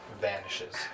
vanishes